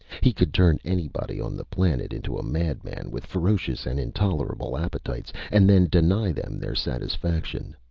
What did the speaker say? he could turn anybody on the planet into a madman with ferocious and intolerable appetites, and then deny them their satisfaction.